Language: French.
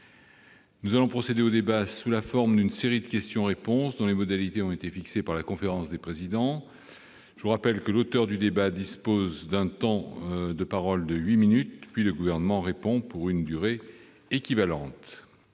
Nous allons procéder au débat sous la forme d'une série de questions-réponses dont les modalités ont été fixées par la conférence des présidents. Je rappelle que l'auteur de la demande dispose d'un temps de parole de huit minutes, puis le Gouvernement répond pour une durée équivalente.